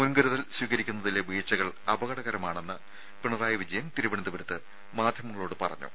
മുൻകരുതൽ സ്വീകരിക്കുന്നതിലെ വീഴ്ച്ചകൾ അപകടകരമാണെന്ന് പിണറായി വിജയൻ തിരുവനന്തപുരത്ത് മാധ്യമങ്ങളോട് പറഞ്ഞു